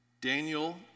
Daniel